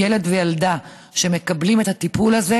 כי ילד וילדה שמקבלים את הטיפול הזה,